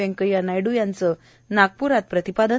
वेंकय्या नायडू यांचं नागपुरात प्रतिपादन